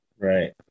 Right